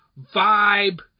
vibe